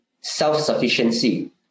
self-sufficiency